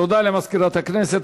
תודה למזכירת הכנסת.